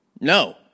No